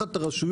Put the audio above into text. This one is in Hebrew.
לקחת את הרשויות